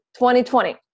2020